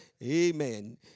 Amen